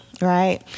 right